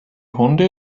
hunde